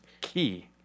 key